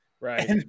right